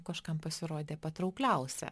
kažkam pasirodė patraukliausia